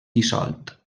dissolt